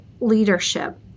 leadership